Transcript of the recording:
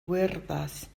wyrddlas